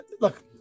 look